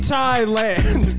Thailand